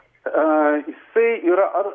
a jisai yra ar